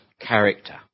character